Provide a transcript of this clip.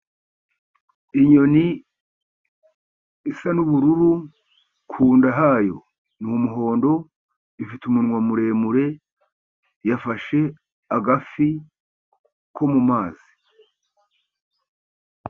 Inyoni isa n'ubururu ,ku nda hayo n'umuhondo ,ifite umunwa muremure, yafashe agafi ko mu mazi.